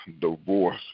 divorce